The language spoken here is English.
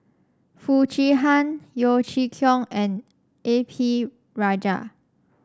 Foo Chee Han Yeo Chee Kiong and A P Rajah